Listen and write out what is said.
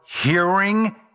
hearing